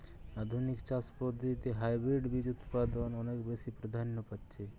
আধুনিক চাষ পদ্ধতিতে হাইব্রিড বীজ উৎপাদন অনেক বেশী প্রাধান্য পাচ্ছে